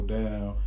down